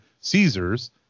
Caesar's